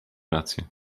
rację